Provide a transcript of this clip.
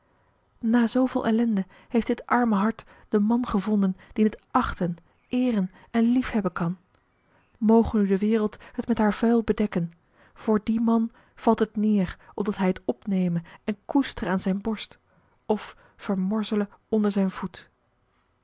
na zooveel ellende heeft dit arme hart den man gevonden dien het achten eeren en liefhebben kan marcellus emants een drietal novellen moge nu de wereld het met haar vuil bedekken voor dien man valt het neer opdat hij t opneme en koestere aan zijn borst of vermorzele onder zijn voet